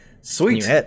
sweet